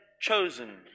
chosen